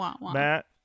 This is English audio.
Matt